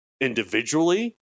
individually